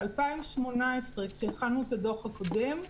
ב-2018, כשהכנו את הדוח הקודם,